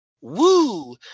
Woo